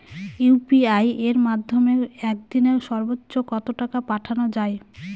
UPI এর মাধ্যমে এক দিনে সর্বচ্চ কত টাকা পাঠানো যায়?